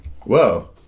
Whoa